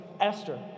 Esther